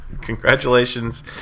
Congratulations